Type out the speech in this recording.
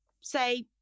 say